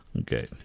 Okay